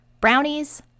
brownies